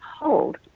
hold